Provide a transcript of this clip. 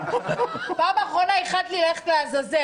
בפעם האחרונה איחלת לי ללכת לעזאזל,